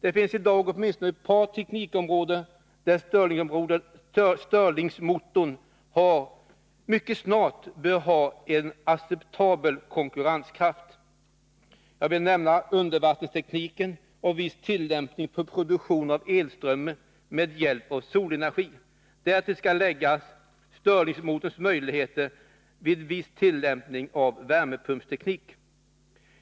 Det finns i dag åtminstone ett par teknikområden där stirlingmotorn mycket snart bör ha en acceptabel konkurrenskraft. Jag vill nämna undervattenstekniken och viss tillämpning för produktion av elström med hjälp av solenergi. Därtill skall läggas stirlingmotorns möjligheter vid viss tillämpning av värmepumpsteknik.